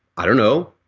i don't know,